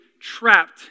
trapped